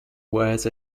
wears